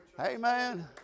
Amen